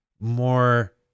more